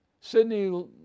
Sydney